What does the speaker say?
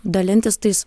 dalintis tais